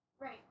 Right